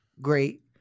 great